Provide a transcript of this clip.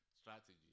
strategy